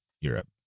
Europe